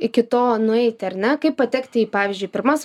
iki to nueiti ar ne kaip patekti į pavyzdžiui pirmas